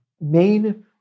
main